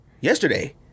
yesterday